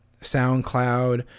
SoundCloud